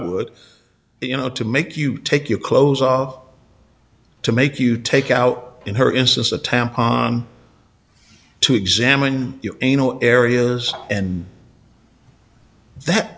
would you know to make you take your clothes off of to make you take out in her instance a tampon to examine anal areas and that